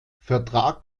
vertrag